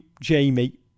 Jamie